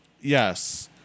yes